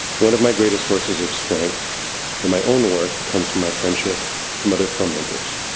one of my greatest sources of strength in my own work comes from my friendship from other filmmakers.